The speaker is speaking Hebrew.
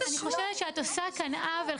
אני חושבת שאת עושה כאן עוול,